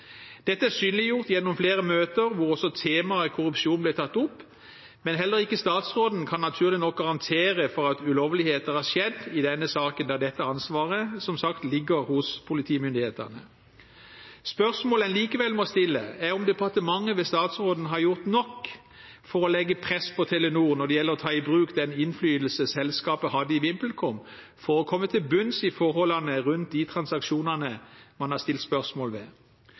Dette er synliggjort gjennom flere møter, hvor også temaet korrupsjon ble tatt opp. Men heller ikke statsråden kan – naturlig nok – garantere for at ulovligheter ikke har skjedd i denne saken, da dette ansvaret, som sagt, ligger hos politimyndighetene. Spørsmålet en likevel må stille, er om departementet, ved statsråden, har gjort nok for å legge press på Telenor når det gjelder å ta i bruk den innflytelse selskapet hadde i VimpelCom, for å komme til bunns i forholdene rundt de transaksjonene en har stilt spørsmål ved.